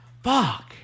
Fuck